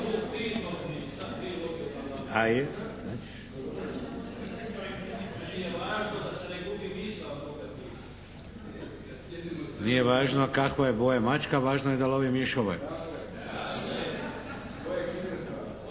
Nije važno kakve je boje mačka, važno je da lovi miševe.